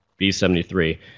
B73